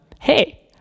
hey